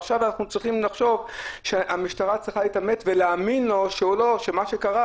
ועכשיו אנחנו צריכים לחשוב שהמשטרה צריכה להתעמת ולהאמין לו שמה שקרה